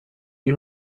you